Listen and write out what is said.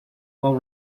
while